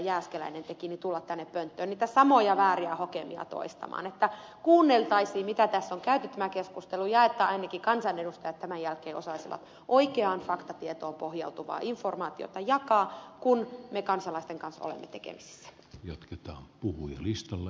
jääskeläinen teki tulla tänne pönttöön niitä samoja vääriä hokemia toistamaan vaan kuunneltaisiin mitä on käyty läpi tässä keskustelussa ja että ainakin kansanedustajat tämän jälkeen osaisivat oikeaan faktatietoon pohjautuvaa informaatiota jakaa kun me kansalaisten kanssa olemme tekemisissä